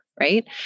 right